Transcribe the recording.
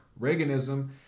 Reaganism